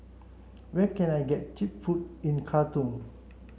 where can I get cheap food in Khartoum